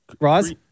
Roz